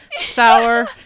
sour